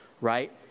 right